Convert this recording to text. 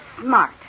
smart